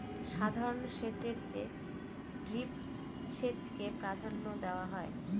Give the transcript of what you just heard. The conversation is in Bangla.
সাধারণ সেচের চেয়ে ড্রিপ সেচকে প্রাধান্য দেওয়া হয়